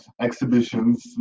exhibitions